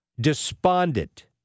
Despondent